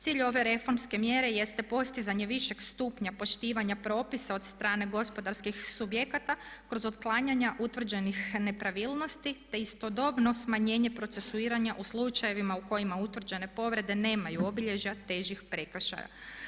Cilj ove reformske mjere jeste postizanje višeg stupnja poštivanja propisa od strane gospodarskih subjekata kroz otklanjanja utvrđenih nepravilnosti, te istodobno smanjenje procesuiranja u slučajevima u kojima utvrđene povrede nemaju obilježja težih prekršaja.